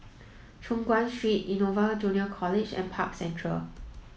Choon Guan Street Innova Junior College and Park Central